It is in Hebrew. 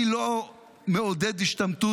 אני לא מעודד השתמטות,